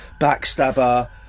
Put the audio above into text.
backstabber